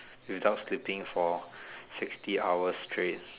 without sleeping for sixty hours straight